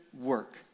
work